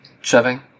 shoving